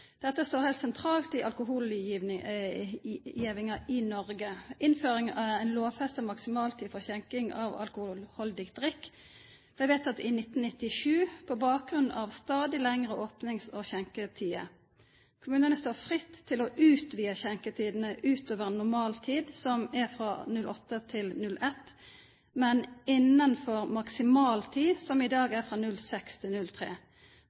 Dette står heilt sentralt i alkohollovgjevinga i Noreg. Innføring av ei lovfesta maksimaltid for skjenking av alkoholhaldig drikk blei vedteke i 1997 på bakgrunn av stadig lengre opnings- og skjenketider. Kommunane står fritt til å utvida skjenketidene utover normaltida som er frå 08 til 01, men innanfor maksimaltida som i dag er frå 06 til